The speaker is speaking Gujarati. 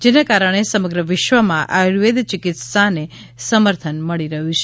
જેના કારણે સમગ્ર વિશ્વમાંથી આયુર્વેદ ચિકિત્સાને સમર્થન મળી રહ્યું છે